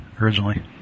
originally